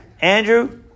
Andrew